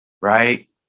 right